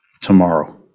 tomorrow